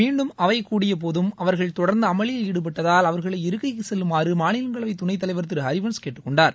மீண்டும் அவை கூடியபோதும் அவர்கள் தொடர்ந்து அமளியில் ஈடுபட்டதால் அவர்களை இருக்கைக்கு செல்லுமாறு மாநிலங்களவை துணைத் தலைவர் திரு ஹரிவன்ஸ் கேட்டுக் கொண்டார்